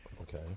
Okay